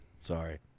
Sorry